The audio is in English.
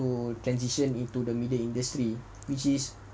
transition into the media industry which is